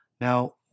Now